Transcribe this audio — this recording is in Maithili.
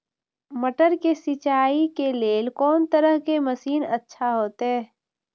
मटर के सिंचाई के लेल कोन तरह के मशीन अच्छा होते?